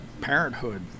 parenthood